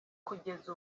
kugeza